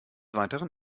weiteren